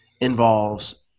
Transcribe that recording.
involves